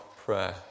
prayer